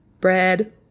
bread